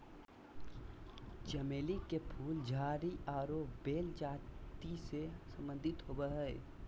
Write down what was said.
चमेली के फूल झाड़ी आरो बेल जाति से संबंधित होबो हइ